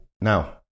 Now